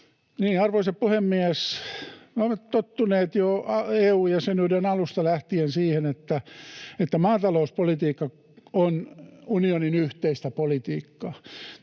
Arvoisa puhemies! Olemme tottuneet jo EU-jäsenyyden alusta lähtien siihen, että maatalouspolitiikka on unionin yhteistä politiikkaa.